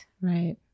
Right